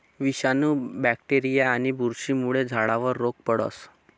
विषाणू, बॅक्टेरीया आणि बुरशीमुळे झाडावर रोग पडस